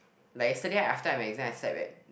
like yesterday after my exam I slept leh